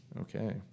Okay